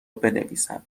بنویسد